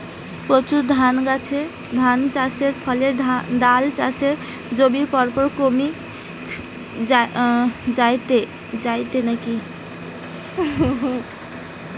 প্রচুর ধানচাষের ফলে ডাল চাষের জমি পরপর কমি জায়ঠে